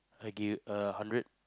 I give a hundred